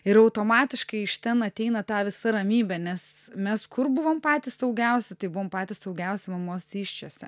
ir automatiškai iš ten ateina ta visa ramybė nes mes kur buvom patys saugiausi tai buvom patys saugiausi mamos įsčiose